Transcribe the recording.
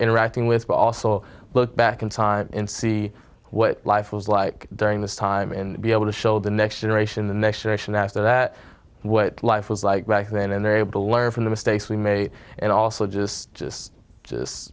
interacting with but also look back in time and see what life was like during this time and be able to show the next generation the next generation after that what life was like back then and they're able to learn from the mistakes we made and also just